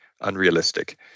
unrealistic